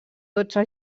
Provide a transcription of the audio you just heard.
dotze